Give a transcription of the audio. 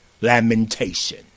lamentation